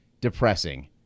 depressing